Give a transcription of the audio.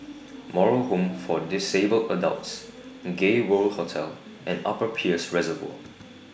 Moral Home For Disabled Adults Gay World Hotel and Upper Peirce Reservoir